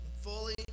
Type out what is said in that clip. fully